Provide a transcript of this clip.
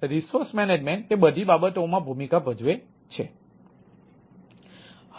તે બધી બાબતોમાં ભૂમિકા ભજવે છે